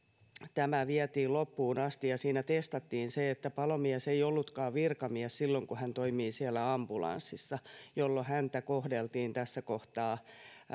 tämä vietiin loppuun asti ja siinä testattiin se että palomies ei ollutkaan virkamies silloin kun hän toimi ambulanssissa jolloin häntä kohdeltiin siinä kohtaa